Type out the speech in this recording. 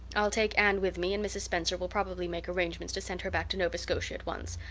i'll take anne with me and mrs. spencer will probably make arrangements to send her back to nova scotia at once.